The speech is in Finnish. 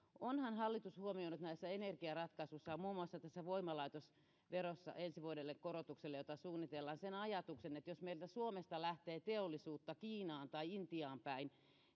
onhan hallitus huomioinut näissä energiaratkaisuissaan muun muassa tässä voimalaitosveron korotuksessa jota suunnitellaan sen ajatuksen että jos meiltä suomesta lähtee teollisuutta kiinaan tai intiaan päin